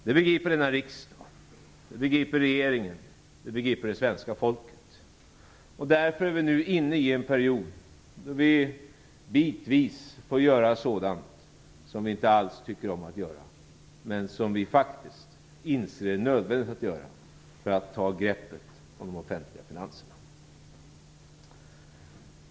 Det begriper denna riksdag, det begriper regeringen och det svenska folket. Därför är vi nu inne i en period där vi bitvis får göra sådant som vi inte alls tycker om att göra men som vi faktiskt inser är nödvändigt att göra för att ta greppet om de offentliga finanserna.